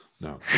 No